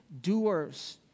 doers